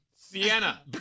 Sienna